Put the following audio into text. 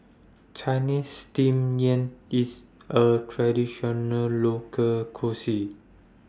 Chinese Steamed Yam IS A Traditional Local Cuisine